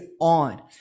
on